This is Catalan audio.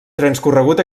transcorregut